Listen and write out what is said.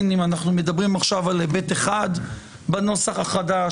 אם אנו מדברים על היבט אחד בנוסח החדש,